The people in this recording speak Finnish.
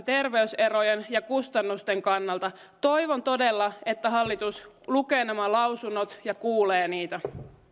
terveyserojen ja kustannusten kannalta toivon todella että hallitus lukee nämä lausunnot ja kuulee niitä